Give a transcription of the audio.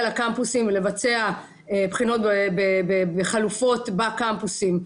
לקמפוסים ולבצע בחינות בחלופות בקמפוסים,